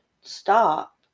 stop